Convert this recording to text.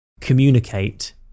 communicate